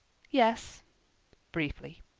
yes briefly.